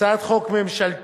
הצעת חוק ממשלתית,